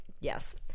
yes